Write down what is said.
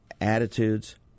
Attitudes